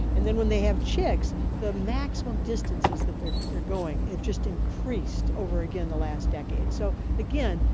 and then when they have chicks the maximum distances that they're they're going have just increased over, again, the last decade. so, again,